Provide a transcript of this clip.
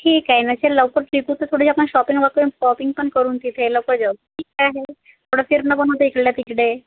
ठीक आहे ना चल लवकर तिथून तर पुढे आपण शॉपिंग वॉपिंग पॉपिंग पण करून तिथे लवकर जाऊ काय आहे आणि थोडं फिरणंपण होतं इकडल्या तिकडे